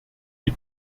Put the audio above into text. die